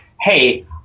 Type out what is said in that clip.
hey